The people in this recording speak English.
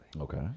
Okay